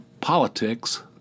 politics